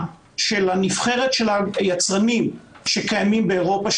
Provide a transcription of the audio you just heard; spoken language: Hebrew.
של הנבחרת של היצרנים שקיימים באירופה,